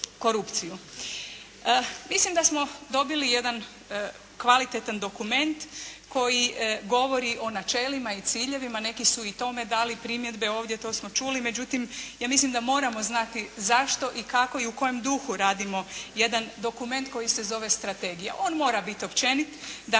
Mislim da smo dobili jedan kvalitetan dokument koji govori o načelima i ciljevima, neki su i tome dali primjedbe ovdje to smo čuli, međutim ja mislim da moramo znati zašto i kako i kojem duhu radimo jedan dokument koji se zove strategija. On mora biti općenit, dakle